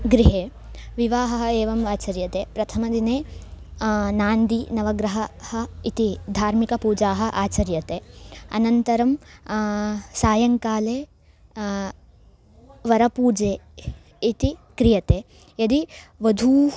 गृहे विवाहः एवम् आचर्यते प्रथमदिने नान्दी नवग्रहः ह इति धार्मिकपूजाः आचर्यते अनन्तरं सायङ्काले वरपूजा इति क्रियते यदि वधूः